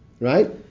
right